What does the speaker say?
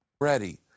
Ready